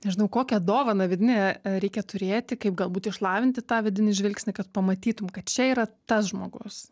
nežinau kokią dovaną vidinę reikia turėti kaip galbūt išlavinti tą vidinį žvilgsnį kad pamatytum kad čia yra tas žmogus